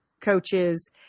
coaches